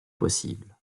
possible